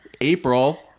April